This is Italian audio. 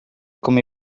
come